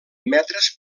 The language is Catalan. metres